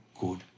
good